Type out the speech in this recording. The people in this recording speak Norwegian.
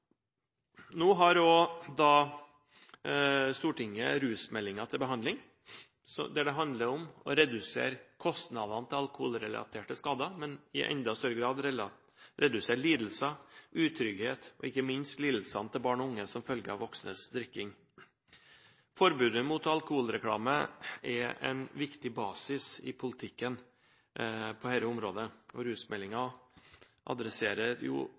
Nå har Stortinget rusmeldingen til behandling. Der handler det om å redusere kostnadene knyttet til alkoholrelaterte skader, men i enda større grad å redusere lidelser, utrygghet og ikke minst barn og unges lidelser som følge av voksnes drikking. Forbudet mot alkoholreklame er en viktig basis i politikken på dette området, og rusmeldingen adresserer